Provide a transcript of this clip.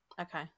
okay